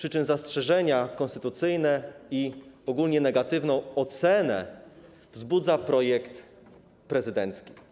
Zastrzeżenia konstytucyjne i ogólnie negatywną ocenę wzbudza projekt prezydencki.